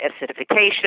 acidification